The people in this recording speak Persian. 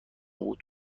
بود